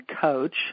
coach